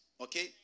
okay